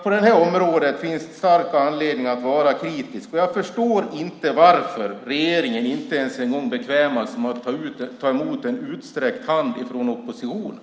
På det här området finns det stark anledning att vara kritisk. Jag förstår inte varför regeringen inte ens en gång bekvämar sig att ta emot en utsträckt hand från oppositionen.